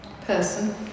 person